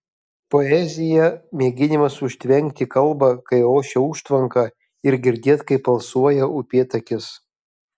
poezija mėginimas užtvenkti kalbą kai ošia užtvanka ir girdėt kaip alsuoja upėtakis